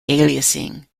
aliasing